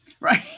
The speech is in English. right